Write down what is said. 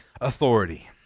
authority